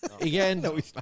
again